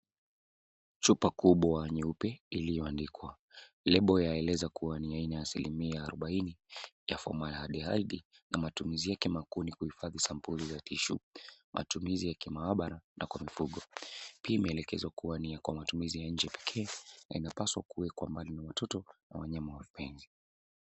Chupa kubwa nyeupe iliyoandikwa. Lebo yaeleza kuwa ni aina ya asilimia arobaini ya formaldehyde na matumizi yake makuu ni kuhifadhi sampuli ya tishu, matumizi ya kimaabara na kwa mifugo. Pia imeelekezwa kuwa ni ya kwa matumizi ya nje pekee na inapaswa kuwekwa mbali na watoto na wanyama wa nje.